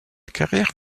carrière